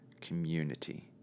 community